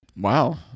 Wow